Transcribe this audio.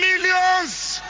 millions